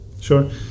Sure